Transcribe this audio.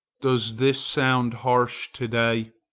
does this sound harsh to-day?